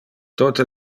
tote